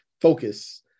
focus